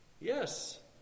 Yes